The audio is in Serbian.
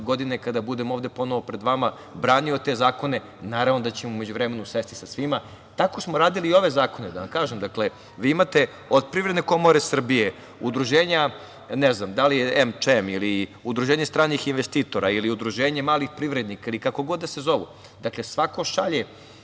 godine kada budem ovde ponovo pred vama branio te zakone. Naravno da ćemo u međuvremenu sesti sa svima. Tako samo radili i ove zakone. Da vam kažem, vi imate od Privredne komore Srbije, udruženja, ne znam da li je ČEM ili Udruženje stranih investitora ili Udruženje malih privrednika, ili kako god da se zovu, svako šalje